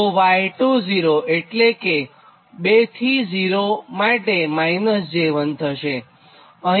તો y20 એટલે 2 થી ૦ માટે -j1 થશે